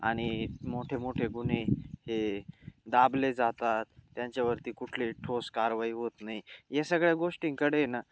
आणि मोठे मोठे गुन्हे हे दाबले जातात त्यांच्यावरती कुठले ठोस कारवाई होत नाई या सगळ्या गोष्टींकडे ना